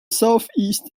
southeast